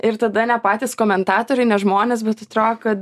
ir tada ne patys komentatoriai ne žmonės bet atrodo kad